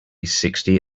sixty